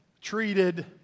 treated